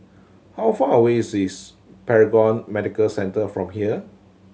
how far away is is Paragon Medical Centre from here